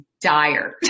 dire